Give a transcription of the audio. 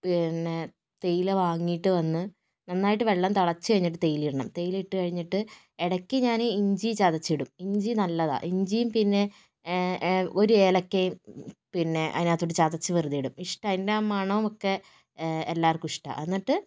പിന്നെ തേയില വാങ്ങിയിട്ട് വന്ന് നന്നായിട്ട് വെള്ളം തിളച്ചു കഴിഞ്ഞിട്ട് തേയില ഇടണം തേയില ഇട്ടുകഴിഞ്ഞിട്ട് ഇടക്ക് ഞാനീ ഇഞ്ചി ചതച്ചിടും ഇഞ്ചി നല്ലതാണ് ഇഞ്ചിയും പിന്നെ ഒരു ഏലക്കയും പിന്നെ അതിനകത്തോട്ട് ചതച്ചു വെറുതെ ഇടും ഇഷ്ടാ അതിന്റെ മണവും ഒക്കെ എല്ലാവര്ക്കും ഇഷ്ടാ എന്നിട്ട്